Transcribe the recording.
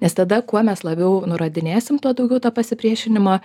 nes tada kuo mes labiau nuorodinėsim tuo daugiau to pasipriešinimo